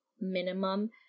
minimum